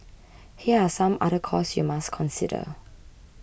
here are some other costs you must consider